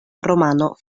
romano